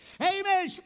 Amen